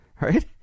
right